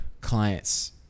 clients